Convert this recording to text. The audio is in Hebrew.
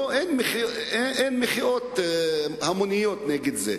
אין מחאות המוניות נגד זה.